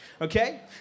okay